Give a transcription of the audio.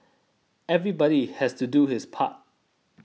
everybody has to do his part